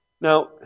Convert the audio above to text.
Now